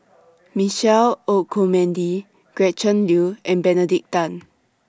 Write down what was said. Michael Olcomendy Gretchen Liu and Benedict Tan